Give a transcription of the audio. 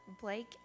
Blake